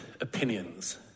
opinions